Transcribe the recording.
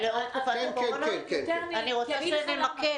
אני רוצה שנמקד.